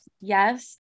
yes